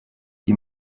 die